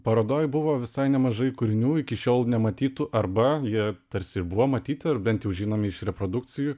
parodoj buvo visai nemažai kūrinių iki šiol nematytų arba jie tarsi ir buvo matyti ar bent jau žinomi iš reprodukcijų